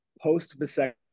post-vasectomy